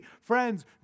friends